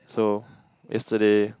so yesterday